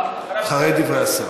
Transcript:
כן, אחרי דברי השר.